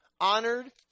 honored